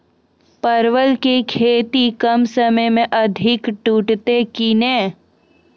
परवल की खेती कम समय मे अधिक टूटते की ने?